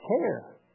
care